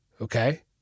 Okay